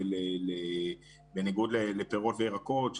בניגוד לפירות וירקות.